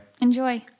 Enjoy